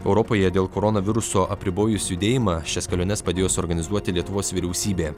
europoje dėl koronaviruso apribojus judėjimą šias keliones padėjo suorganizuoti lietuvos vyriausybė